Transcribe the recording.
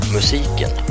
Musiken